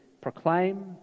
proclaim